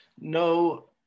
No